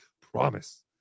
promise